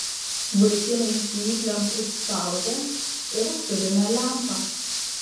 vaikinai žnyplėm užspaudė ir turime lempą